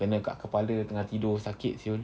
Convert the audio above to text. kena kat kepala tengah tidur sakit [sial]